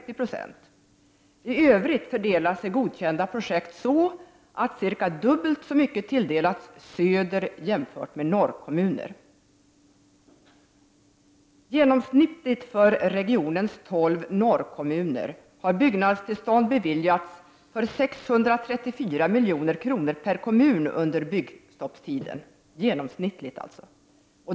I övrigt fördelar sig godkända projekt så, att cirka dubbelt så mycket tilldelats söderkommuner jämfört med norrkommuner. Regionens 12 norrkommuner har i genomsnitt beviljats byggnadstillstånd för 634 milj.kr. per kommun under byggstoppstiden.